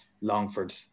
Longford